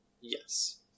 yes